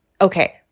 Okay